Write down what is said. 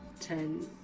Ten